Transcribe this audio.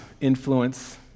influence